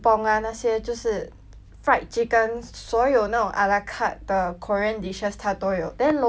fried chicken 所有那种 ala carte 的 korean dishes 他都有 then 楼上的话就是 barbecue 店